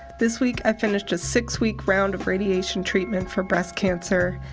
this week i finished a six-week round of radiation treatment for breast cancer,